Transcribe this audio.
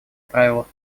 правилах